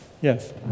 Yes